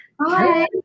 Hi